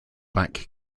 back